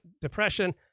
depression